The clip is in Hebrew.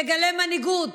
תגלה מנהיגות,